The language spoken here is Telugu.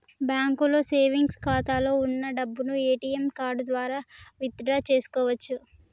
బ్యాంకులో సేవెంగ్స్ ఖాతాలో వున్న డబ్బును ఏటీఎం కార్డు ద్వారా విత్ డ్రా చేసుకోవచ్చు